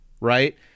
Right